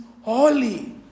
holy